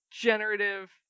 generative